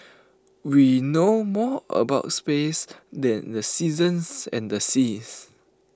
we know more about space than the seasons and the seas